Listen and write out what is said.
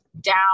down